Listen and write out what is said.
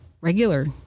regular